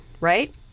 right